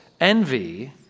envy